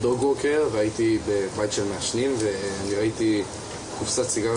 בוקר אור, אני מודה מאוד על קיום הדיון החשוב הזה.